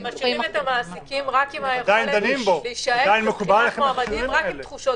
אתם משאירים את המעסיקים עם היכולת לבחון מועמדים רק לפי תחושות בטן.